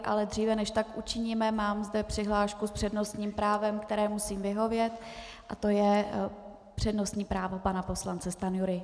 Ale dříve, než tak učiníme, mám zde přihlášku s přednostním právem, které musím vyhovět je to přednostní právo pana poslance Stanjury.